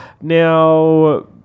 Now